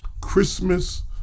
Christmas